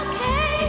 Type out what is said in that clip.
Okay